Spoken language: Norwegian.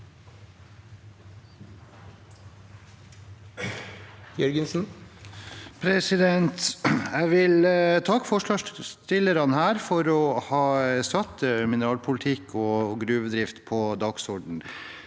Jeg vil takke forslags- stillerne her for å ha satt mineralpolitikk og gruvedrift på dagsordenen,